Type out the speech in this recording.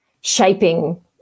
shaping